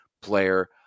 player